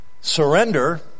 surrender